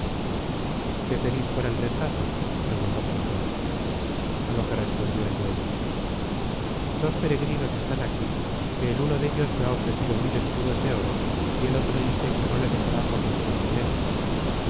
qué pedis por el retrato preguntó constanza a lo que respondió el dueño dos peregrinos están aquí que el uno dellos me ha ofrecido mil escudos de oro y el otro dice que no le dejará por ningun dinero